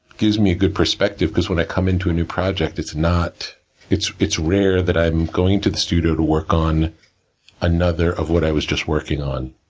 gives me a good perspective, because when i come into a new project, it's not it's it's rare that i'm going to the studio to work on another of what i was just working on.